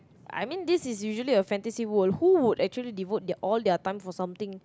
I mean this is usually a fantasy world who would actually devote their all their time for something